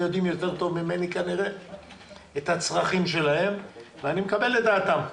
יודעים טוב ממני לגבי הצרכים שלהם ואני מקבל את דעתם.